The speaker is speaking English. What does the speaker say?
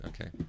Okay